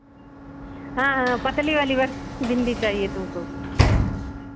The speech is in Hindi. हाँ हाँ पतली वाली बस भिन्डी चाहिए तुमको